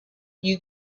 you